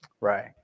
right